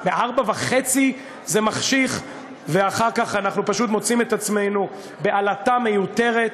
16:30 כבר מחשיך ואחר כך אנחנו מוצאים את עצמנו בעלטה מיותרת,